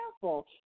careful